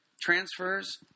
transfers